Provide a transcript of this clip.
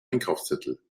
einkaufszettel